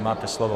Máte slovo.